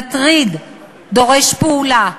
מטריד, דורש פעולה.